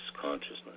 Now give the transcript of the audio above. consciousness